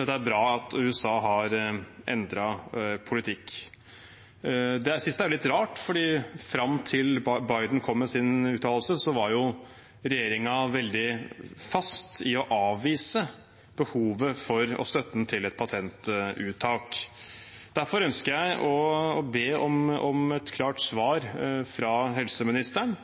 er bra at USA har endret politikk. Det siste er litt rart fordi fram til Biden kom med sin uttalelse, sto regjeringen veldig fast på å avvise behovet for og støtten til et patentunntak. Derfor ønsker jeg å be om et klart svar fra helseministeren.